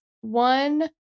one